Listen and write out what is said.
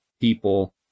people